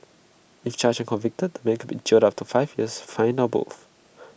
if charged convicted man could be jailed up to five years fined or both